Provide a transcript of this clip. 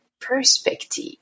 perspective